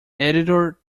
editor